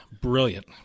brilliant